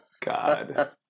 god